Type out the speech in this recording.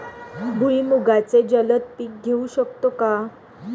भुईमुगाचे जलद पीक घेऊ शकतो का?